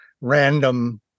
random